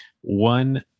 one